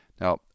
Now